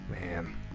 man